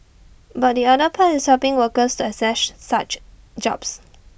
but the other part is helping workers to access such jobs